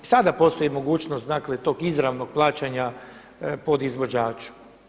I sada postoji mogućnost dakle tog izravnog plaćanja podizvođaču.